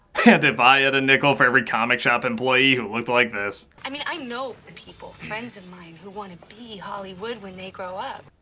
and if i had a nickel for every comic shop employee who looked like this. i mean, i know people, friends of mine, who want to be holli would when they grow up.